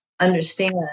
understand